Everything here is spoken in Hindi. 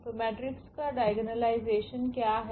तो मेट्रिक्स का डायगोनालायजेशन क्या है